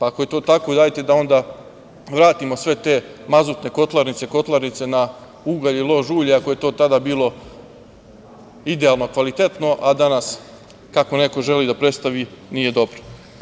Ako je to tako, hajte da vratimo sve te mazutne kotlarnice, na ugalj i lož ulje, ako je to tada bilo idealno kvalitetno, a danas, kako neko želi da predstavi nije dobro.